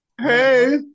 Hey